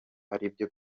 aribyo